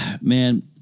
man